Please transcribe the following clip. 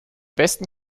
westen